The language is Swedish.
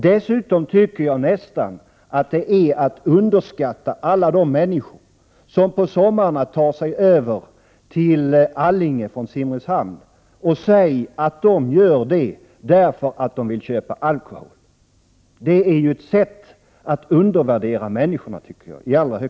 Dessutom tycker jag att det är att underskatta alla de människor som på somrarna tar sig över till Allinge från Simrishamn, att säga att de gör det därför att de vill köpa alkohol. Det är ju att i allra högsta grad undervärdera människorna.